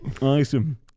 Awesome